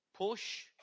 Push